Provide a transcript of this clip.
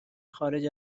خارج